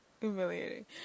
humiliating